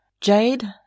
Jade